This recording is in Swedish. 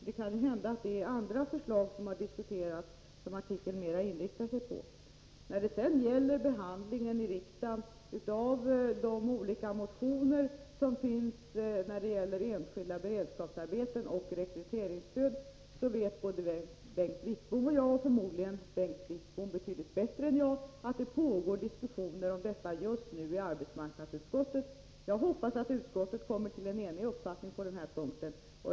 Därför är det möjligt att det är andra förslag som har diskuterats som artikeln mer inriktar sig på. När det sedan gäller behandlingen i riksdagen av de olika motioner som föreligger i fråga om enskilda beredskapsarbeten och rekryteringsstöd vet både Bengt Wittbom och jag — Bengt Wittbom förmodligen betydligt bättre än jag — att det pågår diskussioner härom just nu i arbetsmarknadsutskottet. Jag hoppas att utskottet kommer till en enhällig uppfattning på den här punkten.